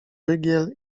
rygiel